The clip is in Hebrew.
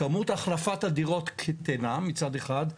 כמות החלפת הדירות קטנה מצד אחד,